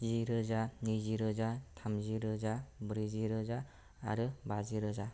जि रोजा नैजि रोजा थामजि रोजा ब्रैजि रोजा आरो बाजि रोजा